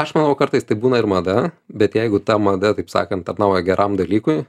aš manau kartais tai būna ir mada bet jeigu ta mada taip sakant tarnauja geram dalykui